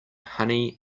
honey